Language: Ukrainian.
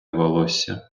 волосся